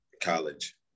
college